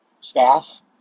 staff